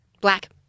Black